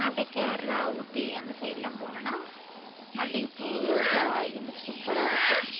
அப்டி கேரளா ஊட்டி அந்த சைட்லாம் போனோம்னா மல்லிகைப்பூ ரோஜா இதே மாதிரி சூப்பராக இருக்கும்